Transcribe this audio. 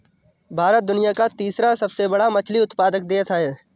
भारत दुनिया का तीसरा सबसे बड़ा मछली उत्पादक देश है